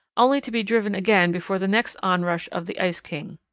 only to be driven again before the next onrush of the ice king.